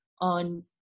on